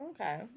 Okay